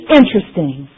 interesting